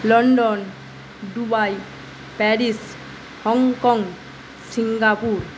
London Dubai Paris Hong Kong Singapore